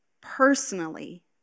personally